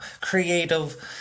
creative